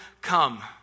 come